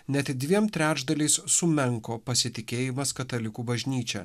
net dviem trečdaliais sumenko pasitikėjimas katalikų bažnyčia